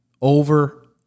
over